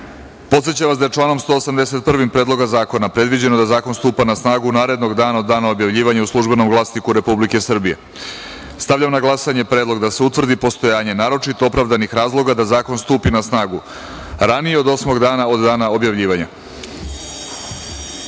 amandman. Podsećam vas da je članom 181. Predloga zakona predviđeno da zakon stupa na snagu narednog dana od dana objavljivanja u „Službenom glasniku Republike Srbije“.Stavljam na glasanje predlog da se utvrdi postojanje naročito opravdanih razloga da zakon stupi na snagu ranije od osmog dana od dana objavljivanja. Zaključujem